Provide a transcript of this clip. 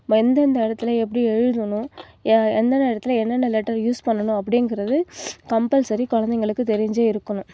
எந்தெந்த இடத்துல எப்படி எழுதணும் எந்த நேரத்தில் என்னென்ன லெட்டர்ஸ் யூஸ் பண்ணனும் அப்படிங்குறது கம்பல்சரி குழந்தைங்களுக்கு தெரிஞ்சே இருக்கணும்